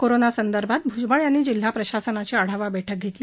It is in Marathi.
कोरोनासंदर्भात भ्जबळ यांनी जिल्हा प्रशासनाची आढावा बैठक घेतली